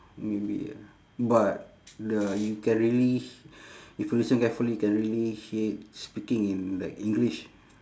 maybe ah but the you can really if you listen carefully you can really hear it speaking in like english